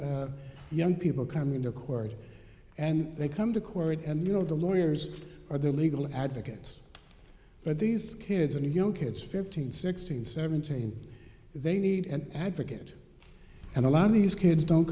very young people coming to court and they come to court and you know the lawyers or their legal advocates but these kids and young kids fifteen sixteen seventeen they need an advocate and a lot of these kids don't